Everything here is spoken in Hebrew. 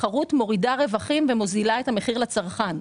תחרות מורידה רווחים ומוזילה את המחיר לצרכן.